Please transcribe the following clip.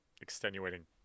extenuating